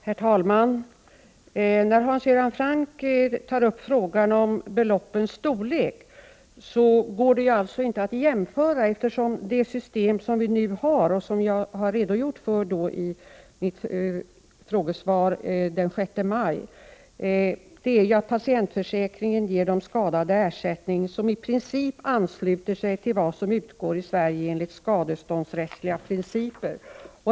Herr talman! Hans Göran Franck tar upp beloppens storlek. Men de går inte att jämföra, eftersom det system som vi nu har, och som jag redogjorde för i mitt frågesvar den 6 maj, innebär att patientförsäkringen ger de skadade ersättning som i princip ansluter sig till vad som utgår i Sverige enligt skadeståndsrättsliga principer.